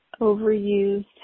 overused